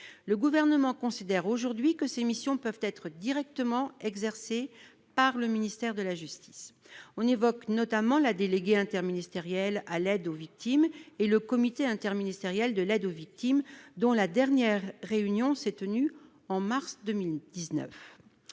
l'exécutif considère aujourd'hui que ses missions pourraient être directement exercées par le ministère de la justice. On évoque notamment la déléguée interministérielle à l'aide aux victimes et le Comité interministériel de l'aide aux victimes, dont la dernière réunion s'est tenue en mars 2019.